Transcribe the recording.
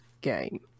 game